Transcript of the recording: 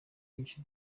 byinshi